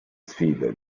sfida